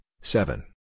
seven